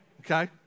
Okay